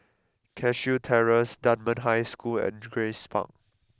Cashew Terrace Dunman High School and Grace Park